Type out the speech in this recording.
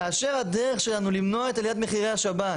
כאשר הדרך שלנו למנוע את עליית מחירי השב"ן